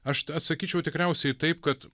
aš atsakyčiau tikriausiai taip kad